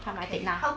come I take nah